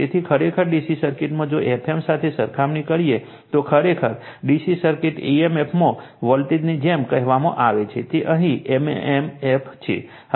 તેથી ખરેખર DC સર્કિટમાં જો Fm સાથે સરખામણી કરીએ તો ખરેખર DC સર્કિટ emf માં વોલ્ટેજની જેમ કહેવામાં આવે છે તે અહીં m m f છે